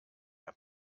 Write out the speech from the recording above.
herr